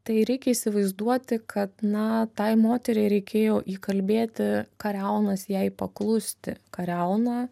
tai reikia įsivaizduoti kad na tai moteriai reikėjo įkalbėti kariaunas jai paklusti kariauna